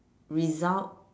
result